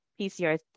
PCR